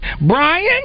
Brian